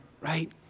right